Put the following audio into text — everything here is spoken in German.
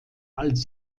als